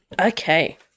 Okay